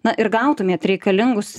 na ir gautumėt reikalingus